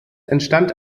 entstand